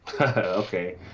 okay